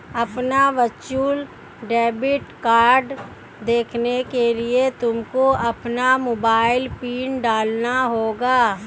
अपना virtual debit card देखने के लिए तुमको अपना मोबाइल पिन डालना होगा